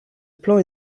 plan